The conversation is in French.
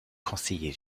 conseiller